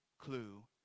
clue